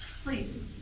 Please